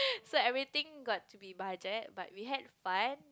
so everything got to be budget but we had fun